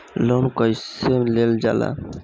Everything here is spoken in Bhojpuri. लोन कईसे लेल जाला?